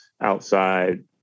outside